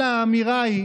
אלא האמירה היא